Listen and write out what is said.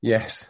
Yes